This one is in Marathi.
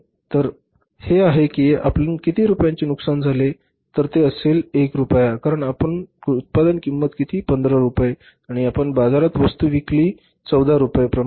तर आहे कि आपले किती रुपयांचे नुकसान झाले तर ते असेल रुपये १ कारण आपली उत्पादन किंमत होती १५ रुपये आणि आपण बाजारात वस्तू विकली १४ रुपये प्रमाणे